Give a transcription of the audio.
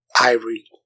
Ivory